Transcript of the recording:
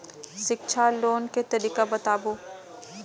शिक्षा लोन के तरीका बताबू?